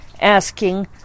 asking